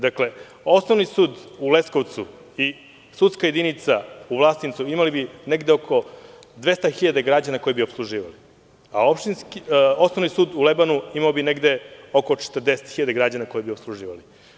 Dakle osnovni sud u Leskovcu i sudska jedinica u Vlasotincu imali bi negde oko 200 hiljada građana koje bi opsluživali, a osnovni sud u Lebanu imao bi negde oko 40 hiljada građana koje bi opsluživali.